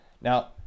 Now